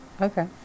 Okay